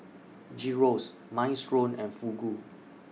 Gyros Minestrone and Fugu